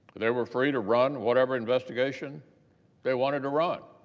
they were free to run whatever investigation they wanted to run.